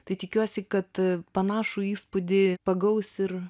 tai tikiuosi kad panašų įspūdį pagaus ir